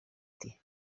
iti